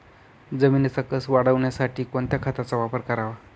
जमिनीचा कसं वाढवण्यासाठी कोणत्या खताचा वापर करावा?